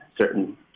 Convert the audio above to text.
certain